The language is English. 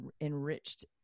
enriched